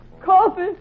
coffee